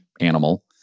animal